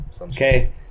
okay